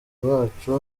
bacu